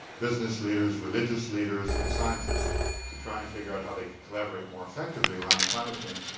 business leaders, religious leaders and scientists to try and figure out how they could collaborate more effectively around climate change.